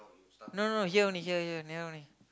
no no no here only here here near only